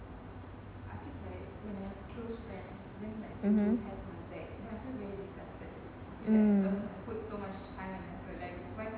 mmhmm mm